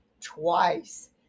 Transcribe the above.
twice